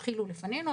לפנינו,